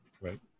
Right